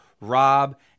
Rob